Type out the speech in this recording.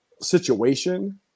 situation